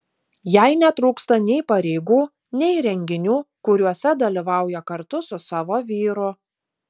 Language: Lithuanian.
jai netrūksta nei pareigų nei renginių kuriuose dalyvauja kartu su savo vyru